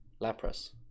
Lapras